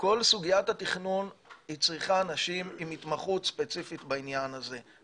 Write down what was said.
כל סוגיית התכנון צריכה אנשים עם התמחות ספציפית בעניין הזה.